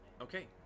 Okay